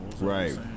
Right